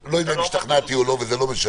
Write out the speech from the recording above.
שאני לא יודע אם השתכנעתי או לא, אבל זה לא משנה.